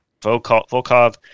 Volkov